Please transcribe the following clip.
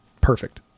perfect